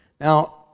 now